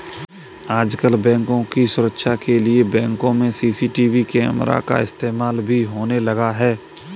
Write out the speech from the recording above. आजकल बैंकों की सुरक्षा के लिए बैंकों में सी.सी.टी.वी कैमरा का इस्तेमाल भी होने लगा है